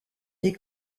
des